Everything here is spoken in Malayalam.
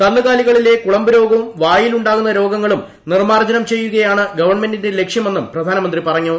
കന്നുകാലികളിലെ കുളമ്പുരോഗവും വായിലുണ്ടാകുന്ന രോഗങ്ങളും നിർമാർജ്ജനം ചെയ്യുകയാണ് ഗവൺമെന്റിന്റെ ലക്ഷ്യമെന്നും പ്രധാനമന്ത്രി പറഞ്ഞു